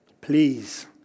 Please